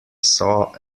saw